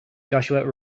joshua